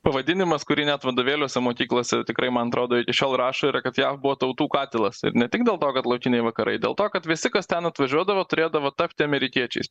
pavadinimas kurį net vadovėliuose mokyklose tikrai man atrodo iki šiol rašo yra kad jav buvo tautų katilas ir ne tik dėl to kad laukiniai vakarai dėl to kad visi kas ten atvažiuodavo turėdavo tapti amerikiečiais